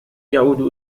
يعود